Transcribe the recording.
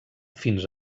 fins